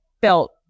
felt